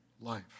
life